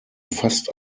fast